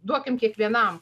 duokime kiekvienam